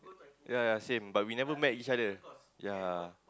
yea yea same but we never met each other yea